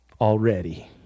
already